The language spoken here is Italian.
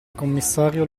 commissario